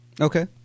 Okay